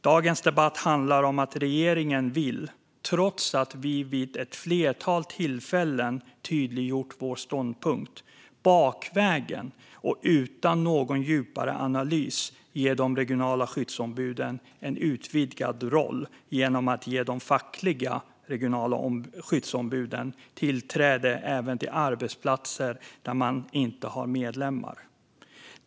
Dagens debatt handlar om att regeringen, trots att vi vid ett flertal tillfällen tydliggjort vår ståndpunkt, bakvägen och utan någon djupare analys vill ge de regionala skyddsombuden en utvidgad roll genom att ge de fackliga regionala skyddsombuden tillträde även till arbetsplatser där man inte har medlemmar.